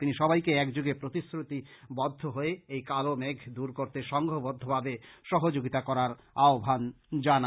তিনি সবাইকে একযোগে প্রতিজ্ঞাবদ্ধ হয়ে এই কালো মেঘ দুর করতে সংঘবদ্ধভাবে সহযোগিতা করার আহ্বান জানান